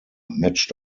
matched